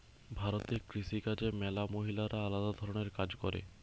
ভারতে কৃষি কাজে ম্যালা মহিলারা আলদা ধরণের কাজ করে